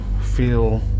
feel